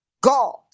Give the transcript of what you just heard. God